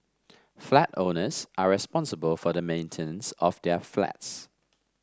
flat owners are responsible for the maintenance of their flats